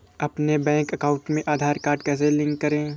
अपने bank account में Aadhaar card कैसे लिंक करें?